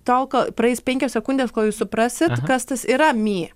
tol kol praeis penkios sekundės kol jūs suprasit kas tas yra mi